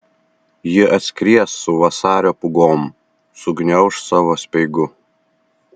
ji atskries su vasario pūgom sugniauš savo speigu